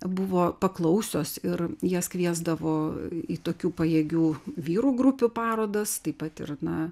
buvo paklausios ir jas kviesdavo į tokių pajėgių vyrų grupių parodas taip pat ir na